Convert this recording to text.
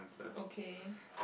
okay